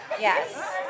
yes